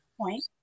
Point